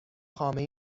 خامه